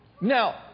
Now